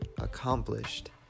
accomplished